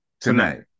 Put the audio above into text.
Tonight